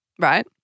right